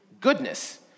Goodness